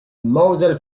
moselle